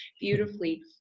beautifully